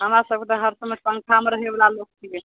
हमरा सबके तऽ हर समय पंखामे रहै बला लोक छियै